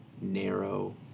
narrow